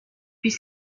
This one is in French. puis